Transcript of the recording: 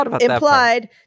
implied